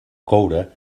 coure